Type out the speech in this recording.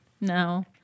No